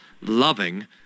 loving